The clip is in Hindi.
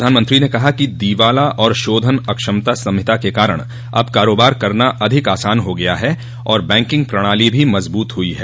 प्रधानमंत्री ने कहा कि दीवाला और शोधन अक्षमता संहिता के कारण अब कारोबार करना अधिक आसान हो गया है और बैंकिंग प्रणाली भी मजबूत हुई है